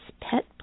Pet